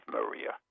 Maria